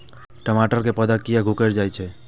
टमाटर के पौधा किया घुकर जायछे?